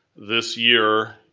this year,